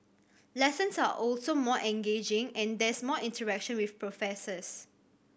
lessons are also more engaging and there's more interaction with professors